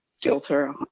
filter